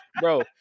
Bro